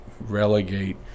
relegate